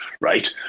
right